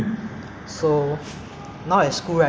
uh do you have any like friends with your classmate